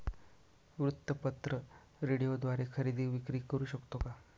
वृत्तपत्र, रेडिओद्वारे खरेदी विक्री करु शकतो का?